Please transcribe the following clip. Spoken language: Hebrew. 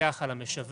מפקח על המשווק,